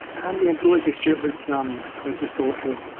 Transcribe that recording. um yeah but losing stuart was um was just awful.